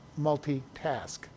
multitask